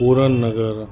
Puran Nagar